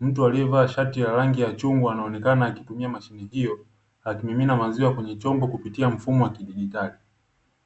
mtu aliye vaa shati ya rangi ya chungwa anaonekana akitumia mashine hiyo, akimimina maziwa kwenye chombo kupitia mfumo wa kidigitali.